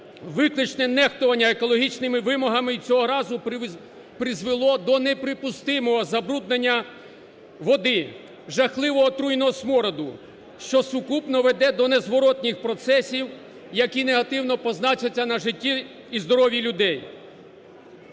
Викличне нехтування екологічними вимогами цього разу призвело до неприпустимого забруднення води, жахливого отруйного смороду, що сукупно веде до незворотних процесів, які негативно позначаться на житті і здоров'ї людей.